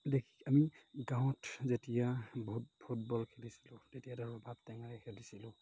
দেখি আমি গাঁৱত যেতিয়া বহুত ফুটবল খেলিছিলোঁ তেতিয়া ধৰক ৰবাব টেঙাৰে খেলিছিলোঁ